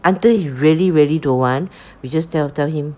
until he really really don't want we just tell tell him